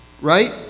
right